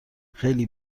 خیلی